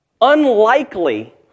unlikely